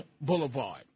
Boulevard